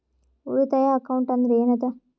ಉಳಿತಾಯ ಅಕೌಂಟ್ ಅಂದ್ರೆ ಏನ್ ಅದ?